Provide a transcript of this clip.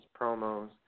promos